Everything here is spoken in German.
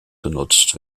genutzt